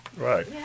Right